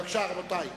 בבקשה, רבותי.